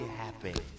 happy